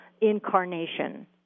incarnation